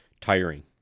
tiring